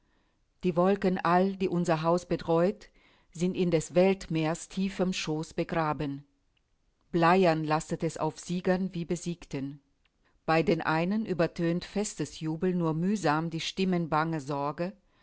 die wolken all die unser haus bedräut sind in des weltmeers tiefem schoß begraben bleiern lastet es auf siegern wie besiegten bei den einen übertönt festesjubel nur mühsam die stimmen banger sorge